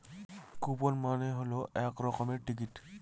coupon মানে হল এক রকমের টিকিট